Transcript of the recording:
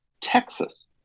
Texas